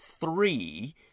three